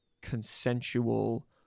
consensual